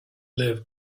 liv